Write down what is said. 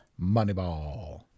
Moneyball